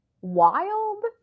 wild